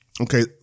Okay